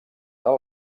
del